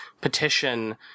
petition